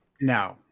No